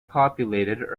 populated